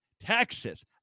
Texas